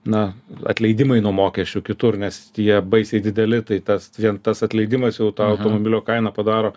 na atleidimai nuo mokesčių kitur nes tie baisiai dideli tai tas vien tas atleidimas jau tą automobilio kainą padaro